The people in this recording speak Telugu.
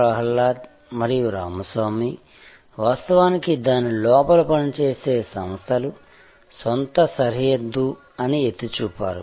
ప్రహ్లాద్ మరియు రామస్వామి వాస్తవానికి దాని లోపల పనిచేసే సంస్థలు సొంత సరిహద్దు అని ఎత్తి చూపారు